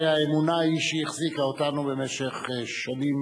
הרי האמונה היא שהחזיקה אותנו במשך שנים